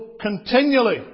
continually